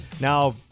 now